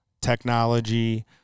technology